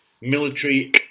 military